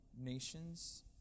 nations